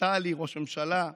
נפתלי ראש ממשלה,